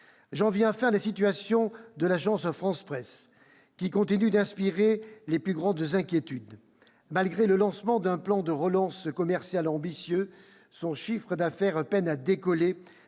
J'en viens enfin à la situation de l'Agence France Presse, qui continue d'inspirer les plus grandes inquiétudes. Malgré le lancement d'un plan de relance commerciale ambitieux, son chiffre d'affaires peine à décoller,